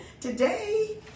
today